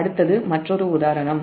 அடுத்தது மற்றொரு உதாரணம்